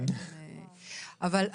משרד הבריאות,